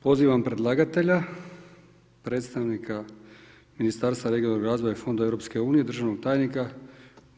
Pozivam predlagatelja, predstavnika Ministarstva regionalnog razvoja i fondova EU državnog tajnika